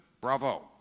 Bravo